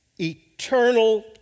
eternal